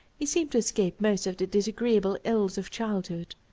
he seemed to escape most of the disagreeable ills of childhood.